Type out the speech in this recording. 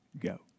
go